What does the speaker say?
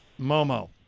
Momo